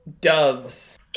doves